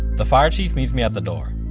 the fire chief meets me at the door.